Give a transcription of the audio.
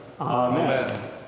Amen